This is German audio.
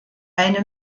eine